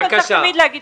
תמיד צריך לומר תודה.